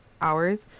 hours